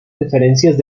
diferencias